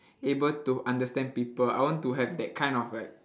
able to understand people I want to have that kind of like